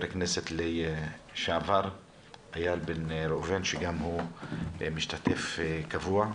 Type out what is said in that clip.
הכנסת לשעבר איל בן ראובן שגם הוא משתתף קבוע.